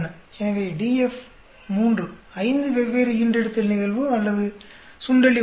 எனவே DF 3 5 வெவ்வேறு ஈன்றெடுத்தல் நிகழ்வு அல்லது சுண்டெலி உள்ளன